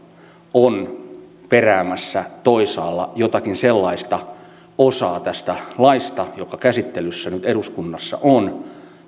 on peräämässä toisaalla jotakin sellaista osaa tästä laista jonka käsittely nyt eduskunnassa on